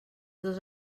dos